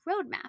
roadmap